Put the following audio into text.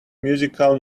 musical